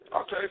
Okay